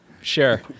sure